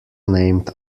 named